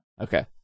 Okay